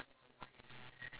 ya